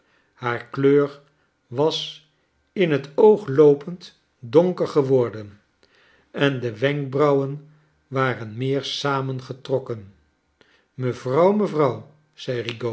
haar kleur was in het oogloopend donker geworden en de wcnkbrauwen waren meer samengetrokken mevrouw mevrouw